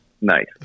Nice